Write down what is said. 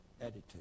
Attitude